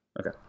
Okay